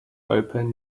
open